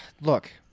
Look